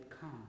come